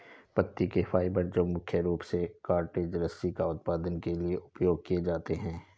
पत्ती के फाइबर जो मुख्य रूप से कॉर्डेज रस्सी का उत्पादन के लिए उपयोग किए जाते हैं